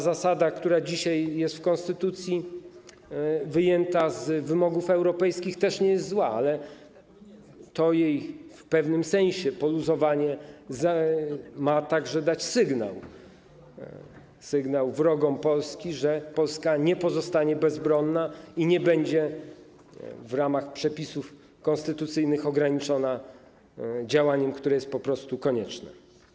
Zasada, która jest dzisiaj w konstytucji, wyjęta z wymogów europejskich, też nie jest zła, ale jej w pewnym sensie poluzowanie ma także dać sygnał wrogom Polski, że Polska nie pozostanie bezbronna i nie będzie w ramach przepisów konstytucyjnych ograniczona w działaniu, które jest po prostu konieczne.